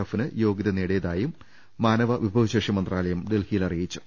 എഫിന് യോഗൃത നേടി യതായും മാനവ വിഭവശേഷി മന്ത്രാലയം അറിയിച്ചു